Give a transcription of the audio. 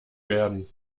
werden